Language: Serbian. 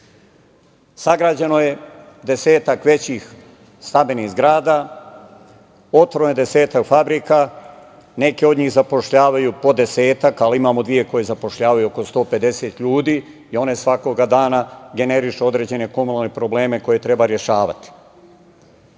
razvija. Sagrađeno je 10 tak većih stambenih zgrada, otvoreno je desetak fabrika, neke od njih zapošljavaju po desetak, ali imamo oko dve koje zapošljavaju oko 150 ljudi i one svakog dana generišu određene komunalne probleme koje treba rešavati.